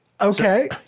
Okay